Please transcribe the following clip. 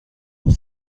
خوب